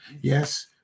Yes